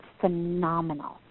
phenomenal